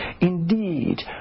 Indeed